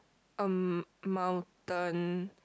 um mountain